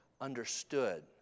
understood